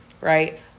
Right